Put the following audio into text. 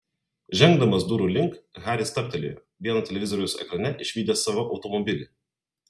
žengdamas durų link haris stabtelėjo vieno televizoriaus ekrane išvydęs savo automobilį